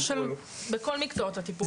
בכל מקצועות הטיפול.